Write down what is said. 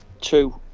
two